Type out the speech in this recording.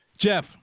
Jeff